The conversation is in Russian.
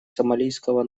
сомалийского